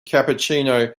cappuccino